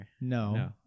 No